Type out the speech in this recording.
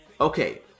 Okay